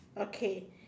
okay